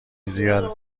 زیاد